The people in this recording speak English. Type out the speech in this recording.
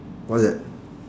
what's that